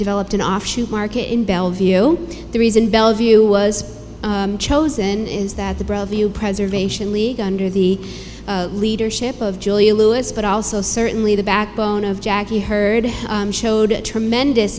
developed an offshoot market in bellevue the reason bellevue was chosen is that the broad view preservation league under the leadership of julia louis but also certainly the backbone of jackie herd showed a tremendous